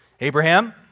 Abraham